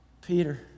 Peter